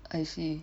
I see